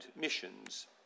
missions